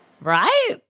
Right